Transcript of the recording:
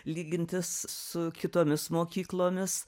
lygintis su kitomis mokyklomis